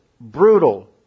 brutal